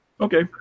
Okay